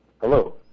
Hello